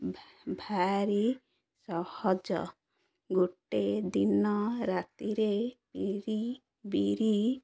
ଭାରି ସହଜ ଗୋଟେ ଦିନ ରାତିରେ ପରି ବିରି